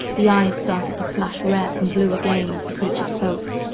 the eyes started to flash red and blue again as the creature spoke,